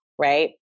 right